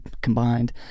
combined